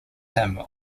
him